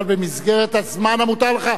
אבל במסגרת הזמן המותר לך.